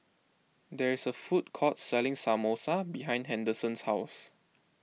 there is a food court selling Samosa behind Henderson's house